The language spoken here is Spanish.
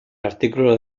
artículo